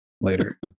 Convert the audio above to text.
later